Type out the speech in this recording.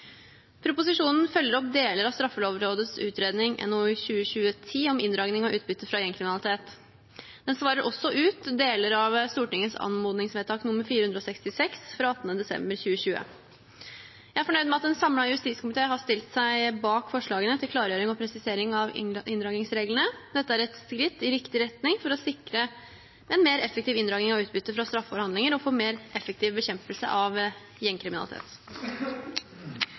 Proposisjonen følger opp deler av Straffelovrådets utredning NOU 2020: 10 om inndragning av utbytte fra gjengkriminalitet, men svarer også ut deler av Stortingets anmodningsvedtak nr. 446 fra 18. desember 2020. Jeg er fornøyd med at en samlet justiskomité har stilt seg bak forslagene til klargjøring og presisering av inndragningsreglene. Dette er et skritt i riktig retning for å sikre en mer effektiv inndragning av utbytte fra straffbare handlinger og for mer effektiv bekjempelse av gjengkriminalitet.